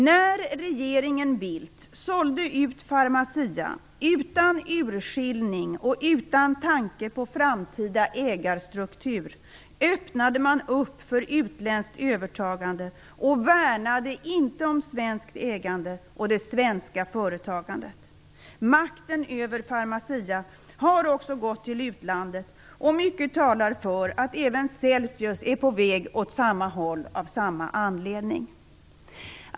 När regeringen Bildt sålde ut Pharmacia utan urskiljning och utan tanke på framtida ägarstruktur öppnade man för utländskt övertagande och värnade inte om svenskt ägande och det svenska företagandet. Makten över Pharmacia har också gått till utlandet. Mycket talar för att även Celsius är på väg åt samma håll, av samma anledning.